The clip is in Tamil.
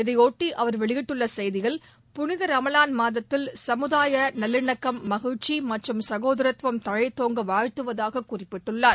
இதைபொட்டி அவர் வெளியிட்டுள்ள செய்தியில் புனித ரமவான் மாதத்தில் சமுதாய நல்லிணக்கம் மகிழ்ச்சி மற்றும் சகோதரத்துவம் தழைத்தோங்க வாழ்த்துவதாக குறிப்பிட்டுள்ளார்